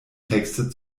texte